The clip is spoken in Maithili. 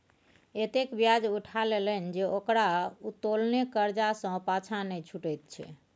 एतेक ब्याज उठा लेलनि जे ओकरा उत्तोलने करजा सँ पाँछा नहि छुटैत छै